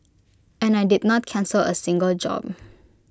and I did not cancel A single job